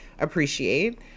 appreciate